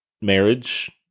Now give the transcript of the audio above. marriage